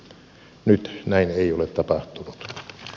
nyt näin ei ole tapahtunut